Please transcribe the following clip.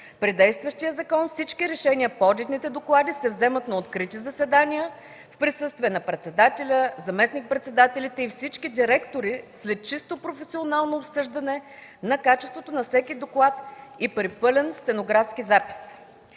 При действащия закон всички решения по одитните доклади се вземат на открити заседания в присъствие на председателя, заместник-председателите и всички директори след чисто професионално обсъждане на качеството на всеки доклад и при пълен стенографски запис.